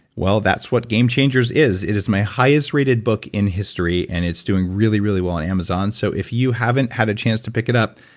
well that's what game changers is. it is my highest rated book in history and it's doing really, really well in amazon. so if you haven't had a chance to pick it up,